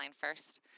first